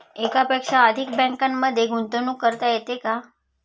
एकापेक्षा अधिक बँकांमध्ये गुंतवणूक करता येते का?